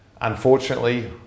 unfortunately